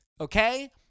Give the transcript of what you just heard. Okay